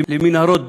למנהרות דם,